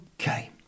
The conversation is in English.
Okay